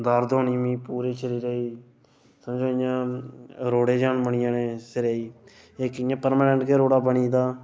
दर्द होनी मिगी पूरी शरीरै ई समझो इ'यां रोड़े जन बनी जाने सिरै ई इक इ'यां परमानैंट गै रोड़ा बनी गेदा